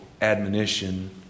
admonition